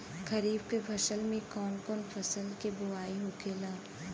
खरीफ की फसल में कौन कौन फसल के बोवाई होखेला?